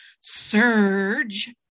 surge